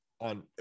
on